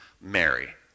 Mary